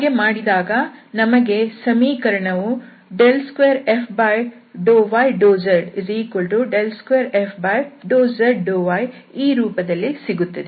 ಹಾಗೆ ಮಾಡಿದಾಗ ನಮಗೆ ಸಮೀಕರಣವು 2f∂y∂z2f∂z∂y ಈ ರೂಪದಲ್ಲಿ ಸಿಗುತ್ತದೆ